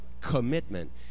commitment